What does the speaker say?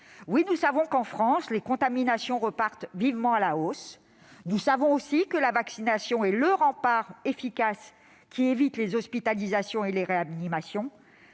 Oui, nous savons qu'en France les contaminations repartent vivement à la hausse. Nous savons aussi que la vaccination est le rempart efficace pour éviter les hospitalisations et les réanimations.